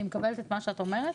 אני מקבלת את מה שאת אומרת,